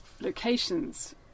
locations